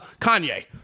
Kanye